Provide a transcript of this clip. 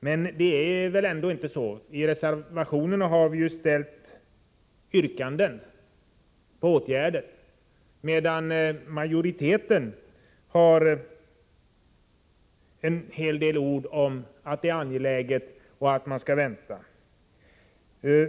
Vi har i reservationerna framställt yrkanden med krav på åtgärder, medan utskottsmajoriteten i allmänna ordalag talar om att frågorna är angelägna men att man måste vänta.